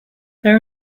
there